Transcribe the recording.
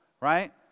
right